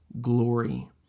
glory